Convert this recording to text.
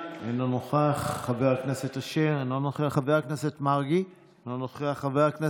נוכל זה "אדם לא ישר המתפרנס מביצוע תרגילי עוקץ והונאה".